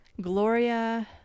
Gloria